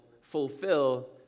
fulfill